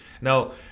now